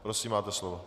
Prosím, máte slovo.